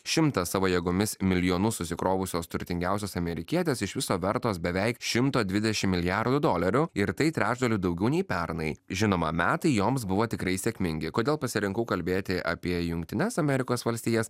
šimtas savo jėgomis milijonus susikrovusios turtingiausias amerikietis iš viso vertos beveik šimto dvidešimt milijardų dolerių ir tai trečdaliu daugiau nei pernai žinoma metai joms buvo tikrai sėkmingi kodėl pasirinkau kalbėti apie jungtines amerikos valstijas